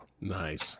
Nice